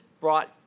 brought